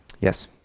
Yes